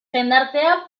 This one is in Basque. jendartea